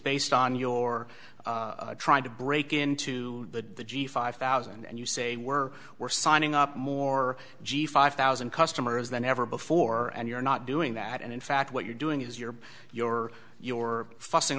based on your trying to break into the five thousand and you say we're we're signing up more g five thousand customers than ever before and you're not doing that and in fact what you're doing is your your your fussing